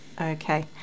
okay